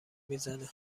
میزنه